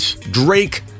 Drake